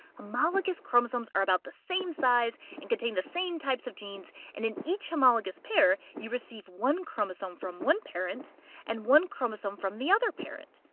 homologous chromosomes are about the same size and contain the same types of genes and in each homologous pair, you receive one chromosome from one parent and one chromosome from the other parent.